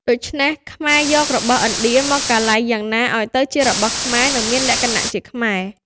ដូច្នេះ ខ្មែរយករបស់ឥណ្ឌា មកកាឡៃយ៉ាងណាឱ្យទៅជារបស់ខ្មែរ និងមានលក្ខណៈជាខ្មែរ។